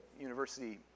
University